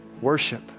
worship